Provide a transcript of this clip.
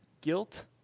guilt